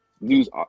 news